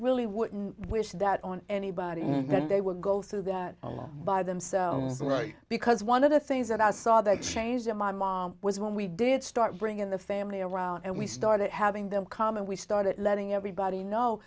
really wouldn't wish that on anybody that they would go through that by themselves as well because one of the things that i saw that changed my mom was when we did start bringing the family around and we started having them come and we started letting everybody know